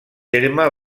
terme